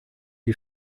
die